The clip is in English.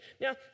Now